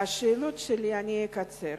אקצר